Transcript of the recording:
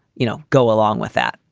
you know, go along with that.